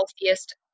healthiest